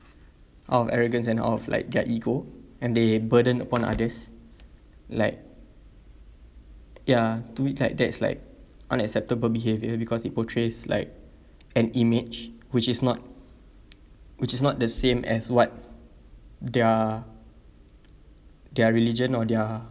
out of arrogance and out of like their ego and they burden upon others like ya to me like that's like unacceptable behaviour because it portrays like an image which is not which is not the same as what their their religion or their